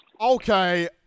Okay